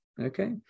Okay